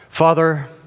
Father